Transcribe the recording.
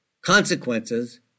consequences